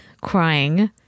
crying